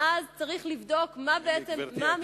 מאז צריך לבדוק מה בעצם,